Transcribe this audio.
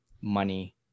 money